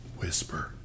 whisper